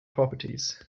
properties